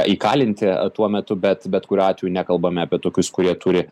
įkalinti tuo metu bet bet kuriuo atveju nekalbame apie tokius kurie turi